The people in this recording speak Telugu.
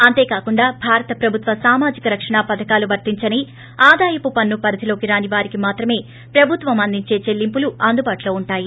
అంతేకాకుండా భారత ప్రభుత్వ సామాజిక రక్షణా పథకాలు వర్తించని ఆదాయపు పన్ను పరిధిలోకి రాని వారికి మాత్రమే ప్రభుత్వం అందించే చెల్లింపులు అందుబాటులో ఉంటాయి